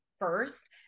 first